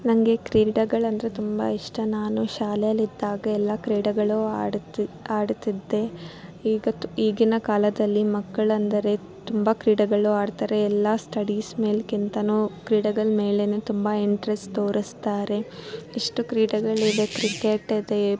ನನಗೆ ಕ್ರೀಡೆಗಳೆಂದ್ರೆ ತುಂಬ ಇಷ್ಟ ನಾನು ಶಾಲೇಲಿದ್ದಾಗ ಎಲ್ಲ ಕ್ರೀಡೆಗಳು ಆಡುತ್ತಿ ಆಡುತ್ತಿದ್ದೆ ಇವತ್ತು ಈಗಿನ ಕಾಲದಲ್ಲಿ ಮಕ್ಕಳೆಂದರೆ ತುಂಬ ಕ್ರೀಡೆಗಳು ಆಡ್ತಾರೆ ಎಲ್ಲ ಸ್ಟಡೀಸ್ ಮೇಲ್ಕಿಂತಲೂ ಕ್ರೀಡೆಗಳ ಮೇಲೆಯೇ ತುಂಬ ಇಂಟ್ರೆಸ್ಟ್ ತೋರಿಸ್ತಾರೆ ಇಷ್ಟು ಕ್ರೀಡೆಗಳಿದೆ ಕ್ರಿಕೇಟಿದೆ